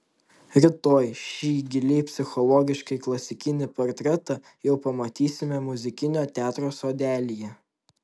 rytoj šį giliai psichologiškai klasikinį portretą jau pamatysime muzikinio teatro sodelyje